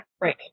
Right